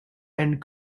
and